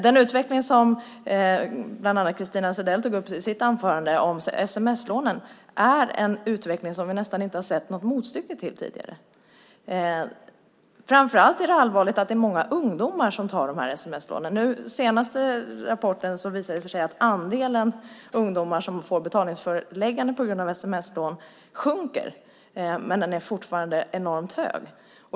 Den utveckling av sms-lån som bland andra Christina Zedell tog upp i sitt anförande har vi nästan inte sett något motstycke till tidigare. Framför allt är det allvarligt att det är många ungdomar som tar sms-lån. Senaste rapporten visar i och för sig att andelen ungdomar som får betalningsförelägganden på grund av sms-lån sjunker - men den är fortfarande enormt hög.